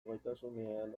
gaitasunean